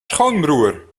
schoonbroer